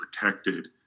protected